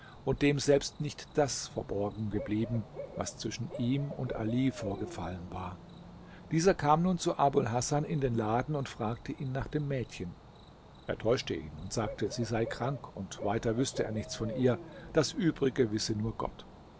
und dem selbst nicht das verborgen geblieben was zwischen ihm und ali vorgefallen war dieser kam nun zu abul hasan in den laden und fragte ihn nach dem mädchen er täuschte ihn und sagte sie sei krank und weiter wüßte er nichts von ihr das übrige wisse nur gott